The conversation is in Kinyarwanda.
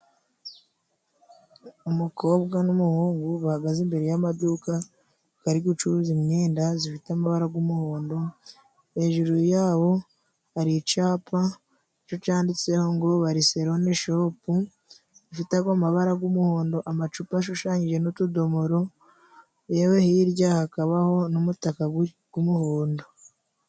Umukobwa n'umuhungu bahagaze imbere y'amaduka ari gucururiza imyenda ifite amabara y'umuhondo, hejuru ya ho hari icyapa cyo cyanditseho ngo Bariserone shopu, ifitemo amabara y'umuhondo, amacupa ashushanyije, n'utudomoro, yewe hirya hakabaho n'umutaka w'umuhondo.